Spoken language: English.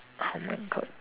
oh my God